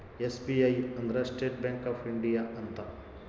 SBI ಅಂದ್ರ State Bank of India ಅಂತ